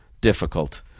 difficult